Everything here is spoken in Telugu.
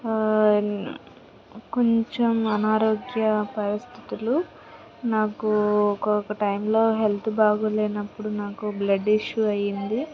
కొంచెం అనారోగ్య పరిస్థితులు నాకు ఒక్కొక్క టైంలో హెల్త్ బాగలేనప్పుడు నాకు బ్లడ్ ఇష్యూ అయింది